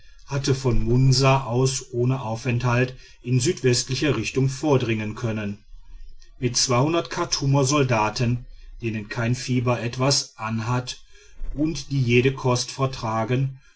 hätte von munsa aus ohne aufenthalt in südwestlicher richtung vordringen können mit chartumer soldaten denen kein fieber etwas anhat und die jede kost vertragen